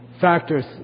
factors